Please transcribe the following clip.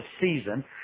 season